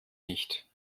nicht